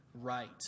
right